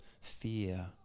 fear